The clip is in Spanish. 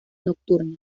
nocturna